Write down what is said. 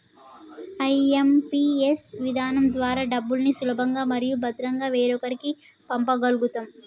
IMPS విధానం ద్వారా డబ్బుల్ని సులభంగా మరియు భద్రంగా వేరొకరికి పంప గల్గుతం